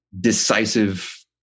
decisive